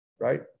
right